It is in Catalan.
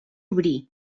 obrir